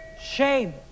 shame